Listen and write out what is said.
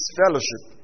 fellowship